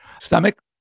stomach